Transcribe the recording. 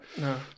No